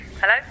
Hello